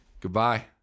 goodbye